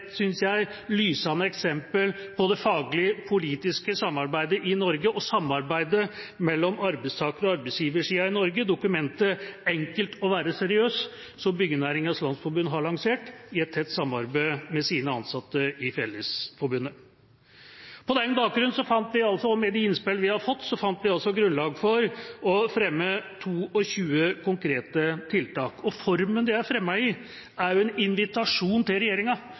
syns jeg, lysende eksempel på det faglige, politiske samarbeidet i Norge og samarbeidet mellom arbeidstaker- og arbeidsgiversida i Norge, dokumentet «Enkelt å være seriøs», som Byggenæringens Landsforening har lansert i et tett samarbeid med sine ansatte i Fellesforbundet. På den bakgrunn og med de innspill vi har fått, fant vi grunnlag for å fremme 22 konkrete tiltak, og formen de er fremmet i, er en invitasjon til regjeringa